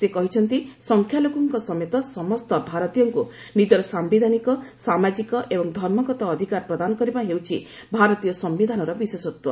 ସେ କହିଛନ୍ତି ସଂଖ୍ୟାଲଘୁଙ୍କ ସମେତ ସମସ୍ତ ଭାରତୀୟଙ୍କୁ ନିଜର ସାମ୍ଭିଧାନିକ ସାମାଜିକ ଏବଂ ଧର୍ମଗତ ଅଧିକାର ପ୍ରଦାନ କରିବା ହେଉଛି ଭାରତୀୟ ସମ୍ଭିଧାନର ବିଶେଷତ୍ୱ